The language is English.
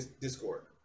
Discord